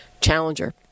challenger